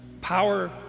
power